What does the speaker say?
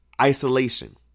Isolation